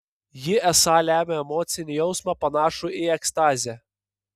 ji esą lemia emocinį jausmą panašų į ekstazę